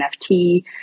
NFT